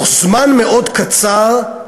בתוך זמן מאוד קצר,